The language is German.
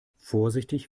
vorsichtig